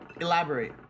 elaborate